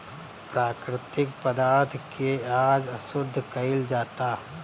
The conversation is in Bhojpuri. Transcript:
प्राकृतिक पदार्थ के आज अशुद्ध कइल जाता